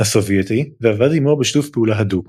הסובייטי ועבד עמו בשיתוף פעולה הדוק.